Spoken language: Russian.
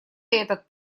этот